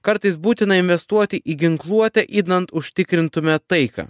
kartais būtina investuoti į ginkluotę idant užtikrintume taiką